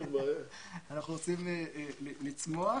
אנחנו רוצים לצמוח.